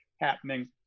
happening